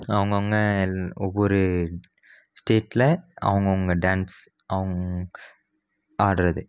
அவங்கவங்க ஒவ்வொரு ஸ்டேட்டில் அவங்கவங்க டேன்ஸ் அவங்க ஆடுறது